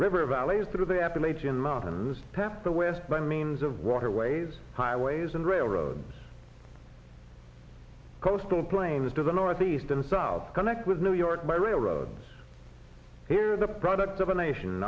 river valleys through the appalachian mountains peppe the west by means of waterways highways and railroad coastal plains to the north east and south connect with new york by railroads here the products of a nation